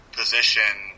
position